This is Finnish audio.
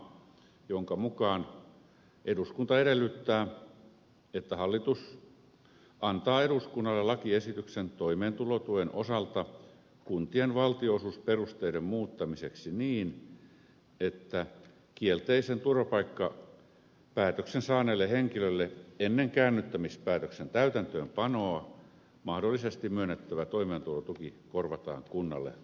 eduskunta edellyttää että hallitus antaa eduskunnalle lakiehdotuksen toimeentulotuen osalta kuntien valtionosuusperusteiden muuttamiseksi niin että kielteisen turvapaikkapäätöksen saaneelle henkilölle ennen käännyttämispäätöksen täytäntöönpanoa mahdollisesti myönnettävä toimeentulotuki korvataan kunnalle valtion varoista